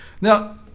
Now